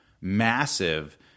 massive